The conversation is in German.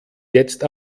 jetzt